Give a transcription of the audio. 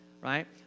right